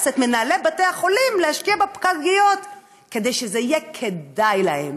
את מנהלי בתי החולים להשקיע בפגיות כדי שזה יהיה כדאי להם.